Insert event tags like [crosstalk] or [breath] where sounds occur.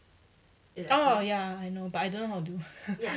orh ya I know but I don't know how to do [breath]